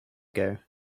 ago